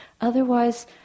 Otherwise